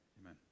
amen